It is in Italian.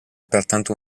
pertanto